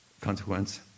consequence